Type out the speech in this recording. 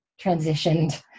transitioned